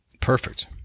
Perfect